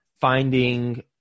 finding